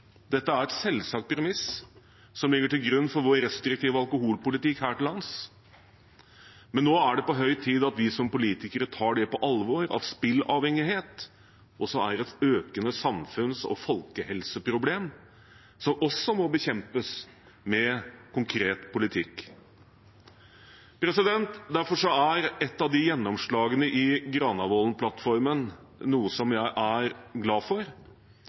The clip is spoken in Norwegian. Dette er et selvsagt premiss som ligger til grunn for vår restriktive alkoholpolitikk her til lands, men nå er det på høy tid at vi politikere tar på alvor at spilleavhengighet er et økende samfunns- og folkehelseproblem som også må bekjempes med konkret politikk. Derfor er et av gjennomslagene i Granavolden-plattformen noe som jeg er glad for,